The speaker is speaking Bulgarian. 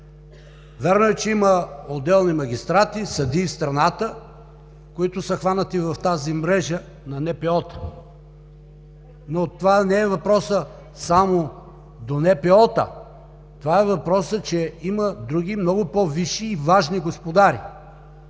Вярно е, че има отделни магистрати и съдии в страната, които са хванати в тази мрежа на НПО-та, но не е въпросът само до НПО-та, въпросът е, че има други, много по-висши и важни господари,